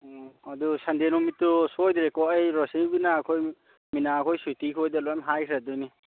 ꯑꯣ ꯑꯗꯨ ꯁꯟꯗꯦ ꯅꯨꯃꯤꯠꯇꯨ ꯁꯣꯏꯗ꯭ꯔꯦꯀꯣ ꯑꯩ ꯔꯣꯁꯤꯕꯤꯅꯥꯈꯣꯏ ꯃꯤꯅꯥꯈꯣꯏ ꯁꯨꯏꯇꯤꯈꯣꯏꯗ ꯂꯣꯏꯝ ꯍꯥꯏꯈ꯭ꯔꯗꯣꯏꯅꯤ